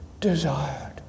desired